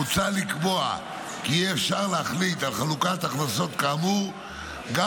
מוצע לקבוע כי יהיה אפשר להחליט על חלוקת הכנסות כאמור גם